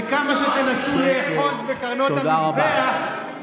וכמה שתנסו לאחוז בקרנות המזבח,